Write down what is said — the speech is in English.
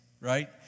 right